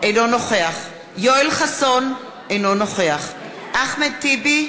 אינו נוכח יואל חסון, אינו נוכח אחמד טיבי,